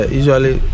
usually